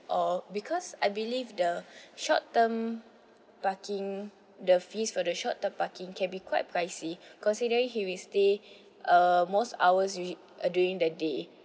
or because I believe the short term parking the fees for the short term parking can be quite pricey considering he will stay uh most hours during uh during the day